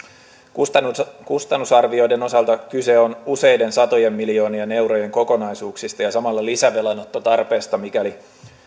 kustannusarvioiden osalta kyse on useiden satojen miljoonien eurojen kokonaisuuksista ja samalla lisävelanottotarpeesta mikäli